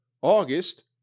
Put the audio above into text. august